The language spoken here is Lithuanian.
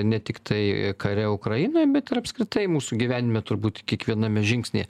ne tiktai kare ukrainoje bet ir apskritai mūsų gyvenime turbūt kiekviename žingsnyje